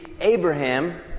Abraham